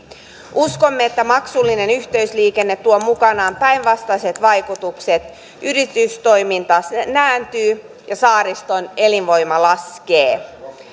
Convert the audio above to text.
uskomme että maksullinen yhteysliikenne tuo mukanaan päinvastaiset vaikutukset yritystoiminta nääntyy ja saariston elinvoima laskee